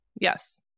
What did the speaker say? Yes